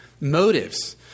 motives